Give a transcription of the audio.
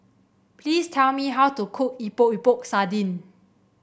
please tell me how to cook Epok Epok Sardin